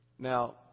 Now